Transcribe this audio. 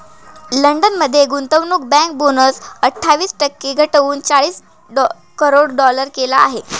London मध्ये गुंतवणूक bank bonus अठ्ठावीस टक्के घटवून चाळीस करोड डॉलर केला आहे